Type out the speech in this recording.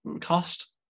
cost